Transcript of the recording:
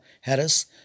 Harris